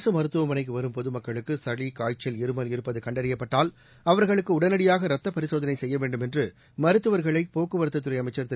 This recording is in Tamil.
அரசு மருத்துவமனைக்கு வரும் பொதுமக்களுக்கு சளி காய்ச்சல் இருமல் இருப்பது கண்டறியப்பட்டால் அவர்களுக்கு உடனடியாக ரத்த பரிசோதனை செய்ய வேண்டும் என்று மருத்துவர்களை போக்குவரத்துத்துறை அமைச்சா் திரு